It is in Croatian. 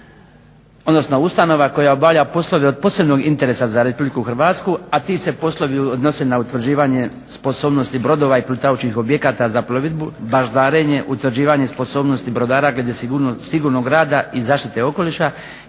odnosno ustanova koja obavlja poslove od posebnog interesa za RH, a ti se poslovi odnose na utvrđivanje sposobnosti brodova i plutajućih objekata za plovidbu, baždarenje, utvrđivanje sposobnosti brodara radi sigurnog rada i zaštite okoliša